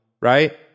right